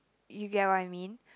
you get what I mean